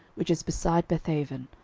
which is beside bethaven,